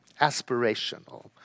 aspirational